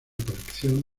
colección